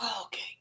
Okay